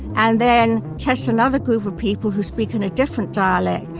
and then test another group of people who speak in a different dialect,